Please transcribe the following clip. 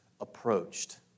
approached